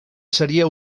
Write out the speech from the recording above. seria